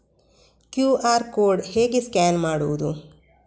QR code ಹೇಗೆ scan ಮಾಡುವುದು?